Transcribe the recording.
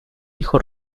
hijo